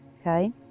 okay